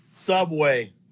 subway